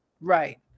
Right